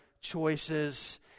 choices